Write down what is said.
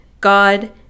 God